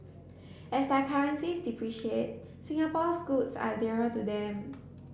as their currencies depreciate Singapore's goods are dearer to them